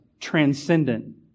transcendent